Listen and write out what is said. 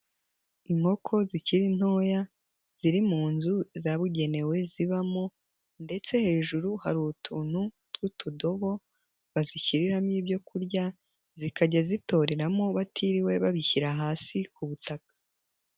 Inkoko zikiri ntoya ziri mu nzu zabugenewe zibamo ndetse hejuru hari utuntu tw'utudobo bazishyiriramo ibyo kurya, zikajya zitoreramo batiriwe babishyira hasi ku butaka.